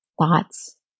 thoughts